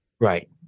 Right